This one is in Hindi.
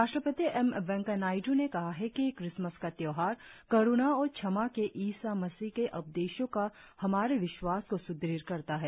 उपराष्ट्रपति एम वेंकैया नायड्र ने कहा है कि क्रिसमस का त्योहार करुणा और क्षमा के ईसा मसीह के उपदेशों पर हमारे विश्वास को स्दृढ़ करता है